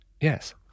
Yes